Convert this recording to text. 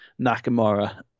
Nakamura